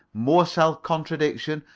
more self-contradiction,